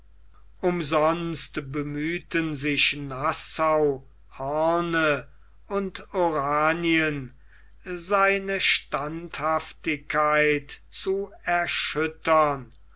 umsonst bemühten sich nassau hoorn und oranien seine standhaftigkeit zu erschüttern